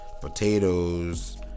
potatoes